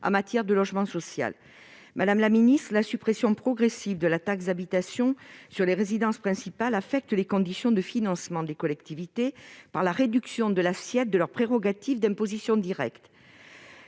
avec les collectivités territoriales. La suppression progressive de la taxe d'habitation sur les résidences principales affecte les conditions de financement des collectivités, par la réduction de l'assiette de leur prérogative d'imposition directe.